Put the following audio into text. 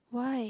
why